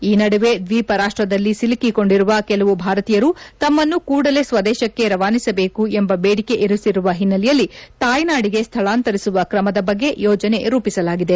ಈ ನಡುವೆ ದ್ವೀಪ ರಾಷ್ಟದಲ್ಲಿ ಸಿಲುಕಿಕೊಂಡಿರುವ ಕೆಲವು ಭಾರತೀಯರು ತಮ್ಮನ್ನು ಕೂಡಲೇ ಸ್ವದೇಶಕ್ಕೆ ರವಾನಿಸಬೇಕು ಎಂಬ ಬೇಡಿಕೆ ಇರಿಸಿರುವ ಹಿನ್ನೆಲೆಯಲ್ಲಿ ತಾಯ್ನಾಡಿಗೆ ಸ್ಥಳಾಂತರಿಸುವ ಕ್ರಮದ ಬಗ್ಗೆ ಯೋಜನೆ ರೂಪಿಸಲಾಗಿದೆ